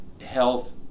health